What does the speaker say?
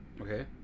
Okay